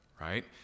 right